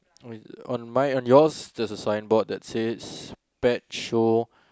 oh on mine on yours there's a signboard that says pet show